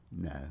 No